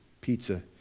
pizza